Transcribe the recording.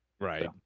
Right